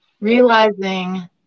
Realizing